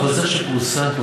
החוזר שפורסם,